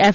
F